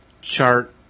chart